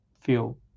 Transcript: feel